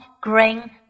green